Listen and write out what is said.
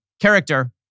character